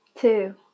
two